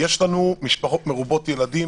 יש לנו משפחות מרובות ילדים,